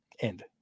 End